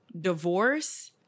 Divorce